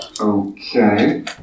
Okay